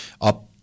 up